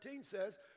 says